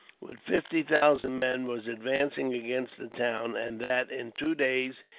with fifty thousand men, was advancing against the town and that, in two days,